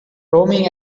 roaming